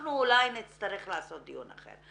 אנחנו אולי נצטרך לעשות דיון אחר.